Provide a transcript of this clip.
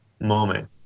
moment